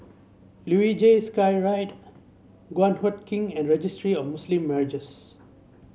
Luge Skyride Guan Huat Kiln and Registry of Muslim Marriages